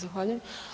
Zahvaljujem.